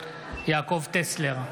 יעקב טסלר,